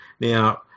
Now